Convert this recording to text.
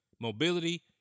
mobility